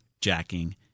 jacking